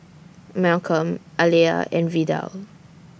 Malcolm Aleah and Vidal